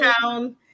town